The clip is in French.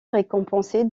récompensé